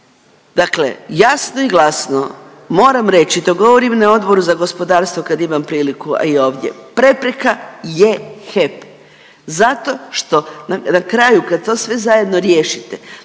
dakle jasno i glasno moram reći to govorim na Odboru za gospodarstvu kad imam priliku, a i ovdje, prepreka je HEP zato što na kraju kad to sve zajedno riješite,